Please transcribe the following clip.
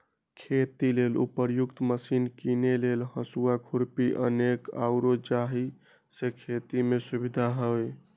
खेती लेल उपयुक्त मशिने कीने लेल हसुआ, खुरपी अनेक आउरो जाहि से खेति में सुविधा होय